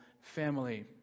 family